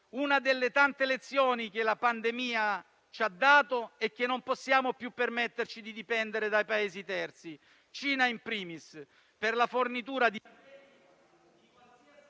Una delle tante lezioni che la pandemia ci ha dato è che non possiamo più permetterci di dipendere dai Paesi terzi, Cina *in primis*, per la fornitura di